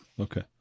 okay